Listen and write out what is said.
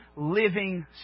Living